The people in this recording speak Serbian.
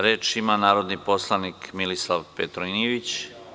Reč ima narodni poslanik Milisav Petronijević.